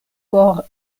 por